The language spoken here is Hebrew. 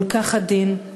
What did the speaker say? כל כך עדין,